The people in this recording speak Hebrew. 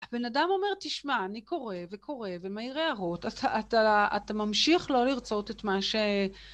הבן אדם אומר, תשמע, אני קורא וקורא, ומעיר הערות... אז אתה, אתה ממשיך לא לרצות את מה ש...